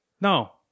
No